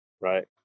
right